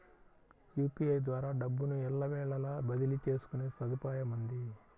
UPI ద్వారా డబ్బును ఎల్లవేళలా బదిలీ చేసుకునే సదుపాయముంది